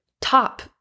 top